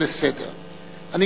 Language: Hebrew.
ראשון בסדר-היום של כל שבוע הדיונים.